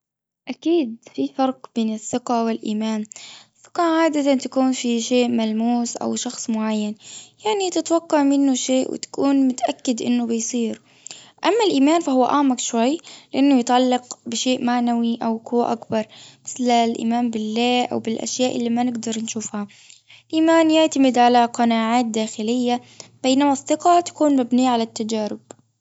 أكيد في فرق بين الثقة والإيمان. الثقة عادة تكون في شيء ملموس أو شخص معين. يعني تتوقع منه شيء وتكون متأكد أنه بيصير. أما الإيمان فهو أعمق شوي أنه يتعلق بشيء معنوي أو قوة أكبر. مثل الإيمان بالله أو بالأشياء اللي ما نقدر نشوفها إيمان يعتمد على قناعات داخلية بينما الثقة تكون مبنية على التجارب.